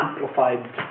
amplified